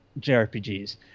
JRPGs